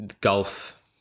golf